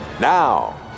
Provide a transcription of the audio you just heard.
Now